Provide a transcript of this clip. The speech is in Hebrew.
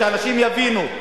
שאנשים יבינו,